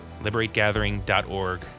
Liberategathering.org